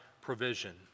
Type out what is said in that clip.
provision